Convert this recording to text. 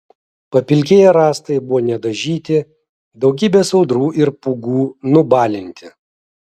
papilkėję rąstai buvo nedažyti daugybės audrų ir pūgų nubalinti